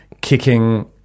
kicking